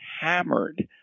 hammered